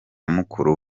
mukuru